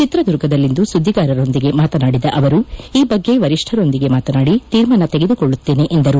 ಚಿತ್ರದುರ್ಗದಲ್ಲಿಂದು ಸುದ್ದಿಗಾರರೊಂದಿಗೆ ಮಾತನಾಡಿದ ಅವರು ಈ ಬಗ್ಗೆ ವರಿಷ್ಠರೊಂದಿಗೆ ಮಾತನಾಡಿ ತೀರ್ಮಾನ ತೆಗೆದುಕೊಳ್ಳುತ್ತೇನೆ ಎಂದರು